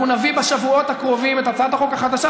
אנחנו נביא בשבועות הקרובים את הצעת החוק החדשה,